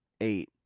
eight